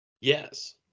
yes